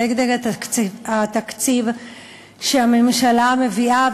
נגד התקציב שהממשלה מביאה.